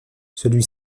celui